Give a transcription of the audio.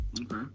Okay